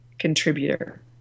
Contributor